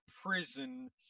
prison